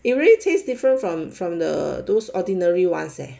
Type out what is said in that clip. it really tastes different from from the those ordinary [ones] eh